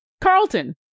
Carlton